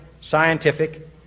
scientific